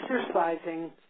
exercising